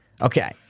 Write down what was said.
Okay